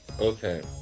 Okay